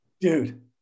Dude